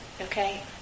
okay